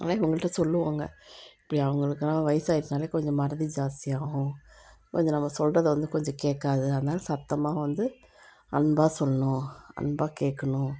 அதை உங்கள்கிட்ட சொல்லுவாங்க அப்படி அவங்களுக்கலாம் வயது ஆச்சுனாலே கொஞ்சம் மறதி ஜாஸ்தியாகும் கொஞ்சம் நம்ம சொல்கிறத வந்து கொஞ்சம் கேட்காது அதனால சத்தமாக வந்து அன்பாக சொல்லணும் அன்பாக கேட்கணும்